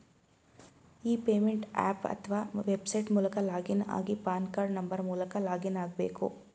E payment app ಅತ್ವ website ಮೂಲಕ login ಆಗಿ ಪಾನ್ ಕಾರ್ಡ್ ನಂಬರ್ ಮೂಲಕ ಲಾಗಿನ್ ಆಗ್ಬೇಕು